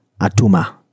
Atuma